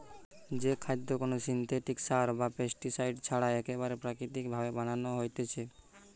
যেই খাদ্য কোনো সিনথেটিক সার বা পেস্টিসাইড ছাড়া একেবারে প্রাকৃতিক ভাবে বানানো হতিছে